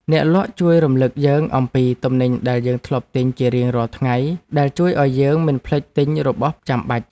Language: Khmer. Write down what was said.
អ្នកលក់ជួយរំលឹកយើងអំពីទំនិញដែលយើងធ្លាប់ទិញជារៀងរាល់ថ្ងៃដែលជួយឱ្យយើងមិនភ្លេចទិញរបស់ចាំបាច់។